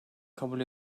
kabul